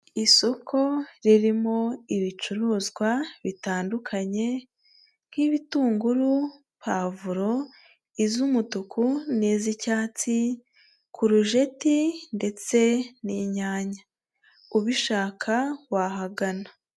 Isoko ririmo ibicuruzwa bitandukanye, nk'ibitunguru, pavuro, iz'umutuku niz'icyatsi, kurujeti ndetse n'inyanya, ubishaka wahagana.